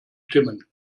stimmen